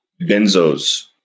benzos